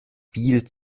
viel